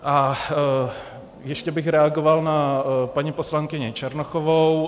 A ještě bych reagoval na paní poslankyni Černochovou.